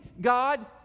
God